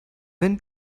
wenn